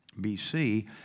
BC